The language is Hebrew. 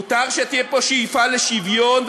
מותר שתהיה פה שאיפה לשוויון,